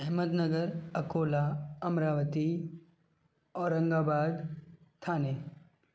Ahmad Nagar Akola Amravati Aurangabad Thane